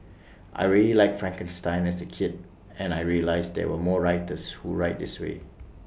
I really liked Frankenstein as A kid and I realised there are more writers who write this way